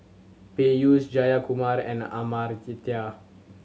Peyush Jayakumar and Amartya